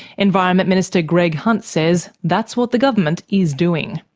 environment minister greg hunt says that's what the government is doing.